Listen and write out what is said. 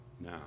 now